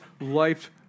life